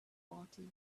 party